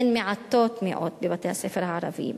הם מעטים מאוד בבתי-הספר הערביים.